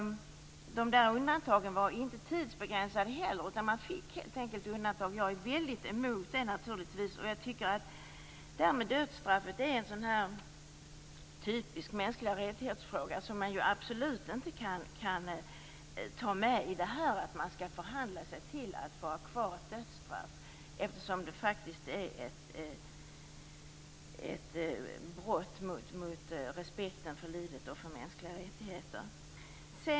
De undantagen var heller inte tidsbegränsade. Jag är naturligtvis väldigt emot det. Jag tycker att frågan om dödsstraff är en fråga om mänskliga rättigheter, som man absolut inte kan ta med i förhandlingarna. Man skall inte kunna förhandla sig till att få ha kvar dödsstraff, eftersom dödsstraffet faktiskt är ett brott mot respekten för livet och för mänskliga rättigheter.